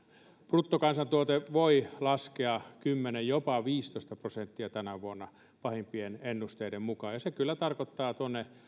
bruttokansantuote voi laskea kymmenen jopa viisitoista prosenttia tänä vuonna pahimpien ennusteiden mukaan ja se kyllä tarkoittaa tuonne